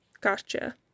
Gotcha